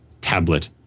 tablet